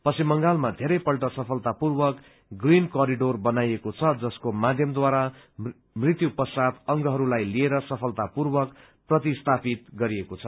पश्चिम बंगालमा येरैपल्ट सफलतापूर्वक ग्रीन करिडोर बनाइएको छ जसको माध्यमद्वारा मृत्यु पश्चात अंगहरूलाई लिएर सफलतापूर्वक प्रतिस्यापित गरिएको छ